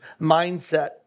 mindset